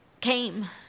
came